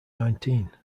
nineteen